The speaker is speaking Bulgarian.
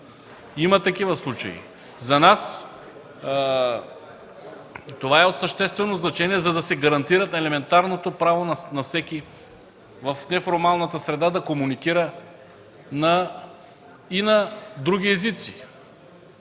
Има такива случаи! За нас това е от съществено значение, за да се гарантира елементарното право на всеки в неформална среда да комуникира и на други езици,